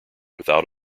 without